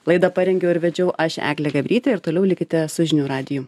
laidą parengiau ir vedžiau aš eglė gabrytė ir toliau likite su žinių radiju